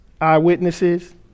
Eyewitnesses